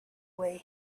way